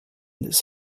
this